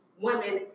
women